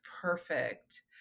perfect